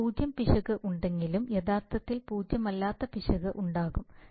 ഇതിൽ പൂജ്യം പിശക് ഉണ്ടെങ്കിലും യഥാർത്ഥത്തിൽ പൂജ്യമല്ലാത്ത പിശക് ഉണ്ടാകും